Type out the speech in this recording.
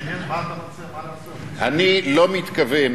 אני לא מתכוון